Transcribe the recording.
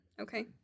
Okay